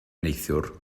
neithiwr